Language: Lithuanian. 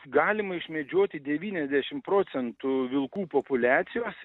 galima išmedžioti devyniasdešim procentų vilkų populiacijos